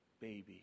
baby